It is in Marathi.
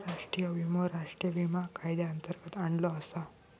राष्ट्रीय विमो राष्ट्रीय विमा कायद्यांतर्गत आणलो आसा